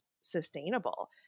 sustainable